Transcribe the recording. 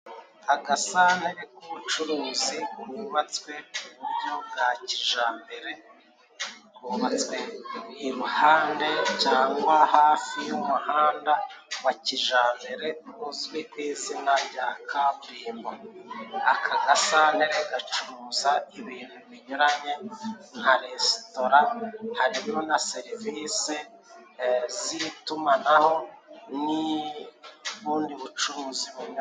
Agasantere k'ubucuruzi kubatswe ku buryo bwa kijambere, kubatswe iruhande cangwa hafi y'umuhanda wa kijambere uzwi ku izina rya kaburimbo. Aka gasantere gacuruza ibintu binyuranye nka resitora harimo na serivisi z'itumanaho n'ubundi bucuruzi bunyuranye.